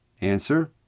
Answer